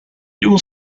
will